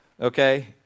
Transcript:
Okay